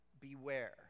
beware